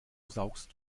saugst